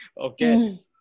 okay